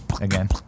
again